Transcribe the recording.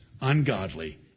ungodly